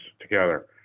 together